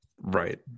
Right